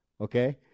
okay